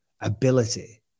ability